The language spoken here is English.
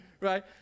Right